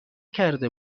کرده